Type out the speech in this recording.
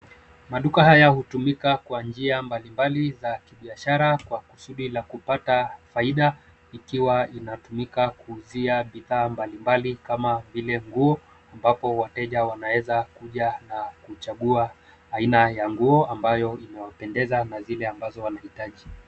Maduka haya hutumika kwa njia mbali mbali za kibiashara kwa kusudi la kupata faida, ikiwa inatumika kuuzia bidhaa mbali mbali kama vile: nguo, ambapo wateja wanaeza kuja na kuchagua aina ya nguo ambayo imewapendeza na zile ambazo wanahitaji.